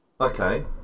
okay